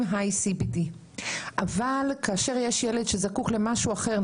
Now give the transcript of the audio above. high CBD. אבל כאשר יש ילד שזקוק למשהו אחר,